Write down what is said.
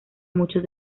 muchos